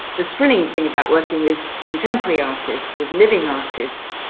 the thrilling thing about working with contemporary artists, with living artists,